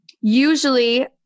usually